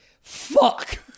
fuck